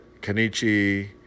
Kenichi